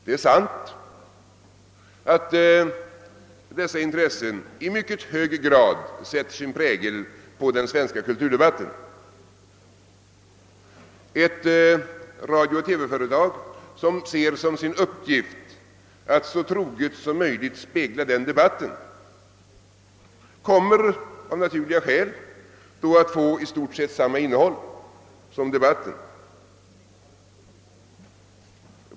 Det är sant att dessa intressen i mycket hög grad sätter sin prägel på den svenska kulturdebatten. Ett radiooch TV-företag som ser som sin uppgift att så troget som möjligt spegla den debatten kommer av naturliga skäl att få i stort sett samma innehåll som debatten.